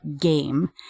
game